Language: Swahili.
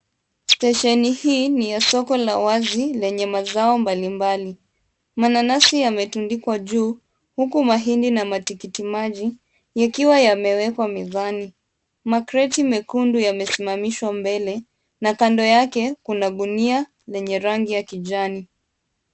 Stesheni hii ni ya soko la wazi lenye mazao mbalimbali. Mananasi yametundikwa juu huku mahindi na matikiti maji ikiwa yamewekwa mezani. Makreti mekundu yamesimamishwa mbele na kando yake kuna gunia yenye rangi ya kijani.